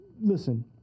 Listen